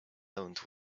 owned